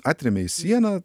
atrėmė į sieną